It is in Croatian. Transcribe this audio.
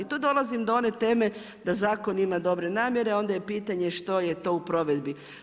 I tu dolazim do one teme da zakon ima dobre namjere, a onda je pitanje što je to u provedbi.